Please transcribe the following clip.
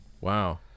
Wow